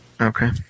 Okay